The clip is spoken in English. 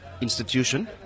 institution